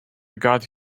got